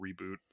reboot